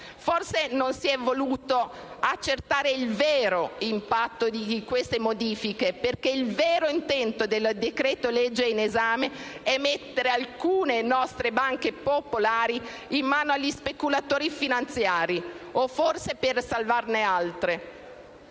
Forse non si è voluto accertare il vero impatto di queste modifiche, perché il vero intento del decreto-legge in esame è mettere alcune nostre banche popolari in mano agli speculatori finanziari, o forse salvarne altre.